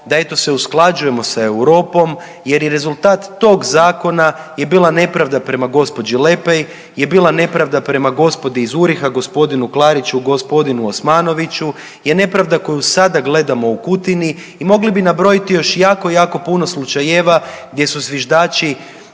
eto se usklađujemo sa Europom jer i rezultat tog zakona je bila nepravda prema gđi. Lepej, je bila nepravdi prema gospodi URIHO-a, g. Klariću, g. Osmanoviću je nepravda koju sada gledamo u Kutini i mogli bi nabrojiti još jako jako puno slučajeva gdje su zviždači